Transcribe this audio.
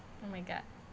oh my god